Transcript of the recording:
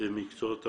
במקצועות הבריאות,